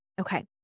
Okay